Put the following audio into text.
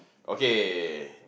okay